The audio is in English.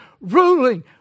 Ruling